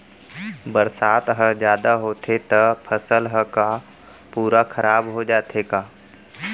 बरसात ह जादा होथे त फसल ह का पूरा खराब हो जाथे का?